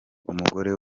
umugore